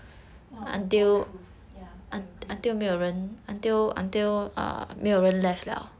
!wah! 很多 truth yeah I agree also